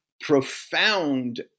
profound